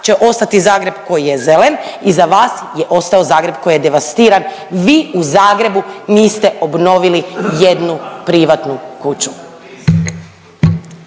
će ostati Zagreb koji je zelen, iza vas je ostao Zagreb koji je devastiran, vi u Zagrebu niste obnovili nijednu privatnu kuću.